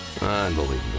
Unbelievable